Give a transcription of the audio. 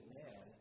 man